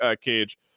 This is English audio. cage